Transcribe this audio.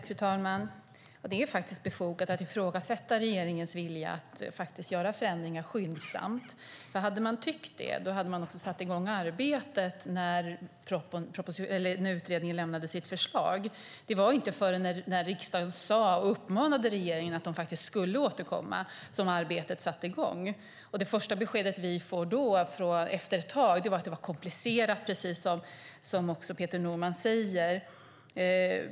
Fru talman! Det är faktiskt befogat att ifrågasätta regeringens vilja att göra förändringar skyndsamt. Hade man velat det hade man satt i gång arbetet när utredningen lämnade sitt förslag. Det var inte förrän när riksdagen uppmanade regeringen att återkomma som arbetet satte i gång. Det första beskedet vi fick efter ett tag var att det var komplicerat, precis som Peter Norman säger.